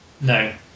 No